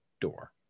door